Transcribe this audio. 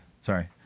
Sorry